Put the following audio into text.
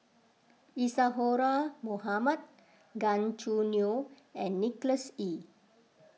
Isadhora Mohamed Gan Choo Neo and Nicholas Ee